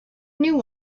new